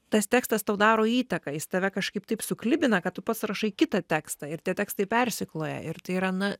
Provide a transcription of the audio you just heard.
tas tekstas tau daro įtaką jis tave kažkaip taip suklibina kad tu pats rašai kitą tekstą ir tie tekstai persikloja ir tai yra na